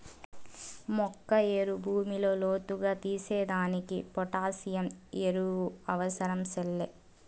మొక్క ఏరు భూమిలో లోతుగా తీసేదానికి పొటాసియం ఎరువు అవసరం సెల్లే